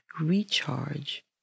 recharge